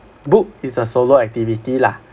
book is a solo activity lah